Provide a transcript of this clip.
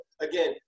again